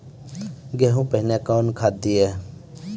गेहूँ पहने कौन खाद दिए?